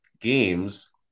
games